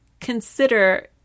consider